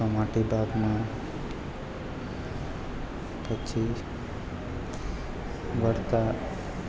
કમાટીબાગમાં પછી વડતાલ